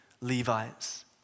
Levites